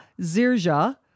Zirja